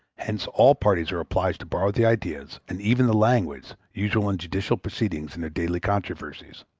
hence all parties are obliged to borrow the ideas, and even the language, usual in judicial proceedings in their daily controversies.